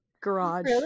garage